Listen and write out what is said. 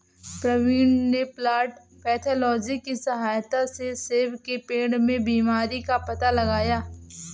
प्रवीण ने plant pathology की सहायता से सेब के पेड़ में बीमारी का पता लगाया